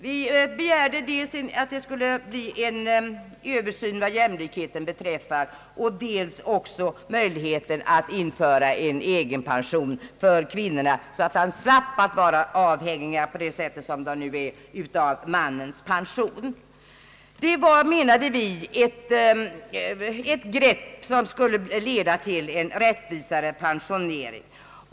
Vi begärde att översynen skulle avse dels jämlikheten, dels möjligheten att införa en egenpension för kvinnorna, så att de slapp vara avhängiga av mannens pension på det sätt de nu är. Det var, menade vi, ett grepp som skulle leda till en rättvisare pensionering.